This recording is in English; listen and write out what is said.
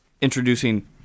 introducing